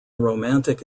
romantic